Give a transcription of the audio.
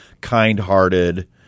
kind-hearted